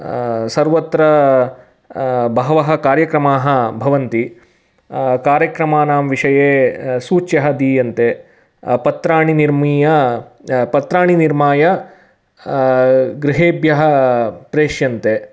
सर्वत्र बहवः कार्यक्रमाः भवन्ति कार्यक्रमाणां विषये सूच्यः दीयन्ते पत्राणि निर्मीय पत्राणि निर्माय गृहेभ्यः प्रेष्यन्ते